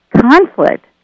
Conflict